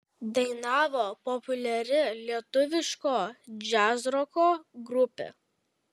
dainavo populiari lietuviško džiazroko grupė